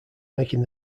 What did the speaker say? making